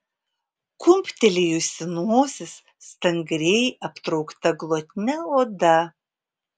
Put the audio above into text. kumptelėjusi nosis stangriai aptraukta glotnia oda